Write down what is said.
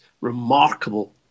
remarkable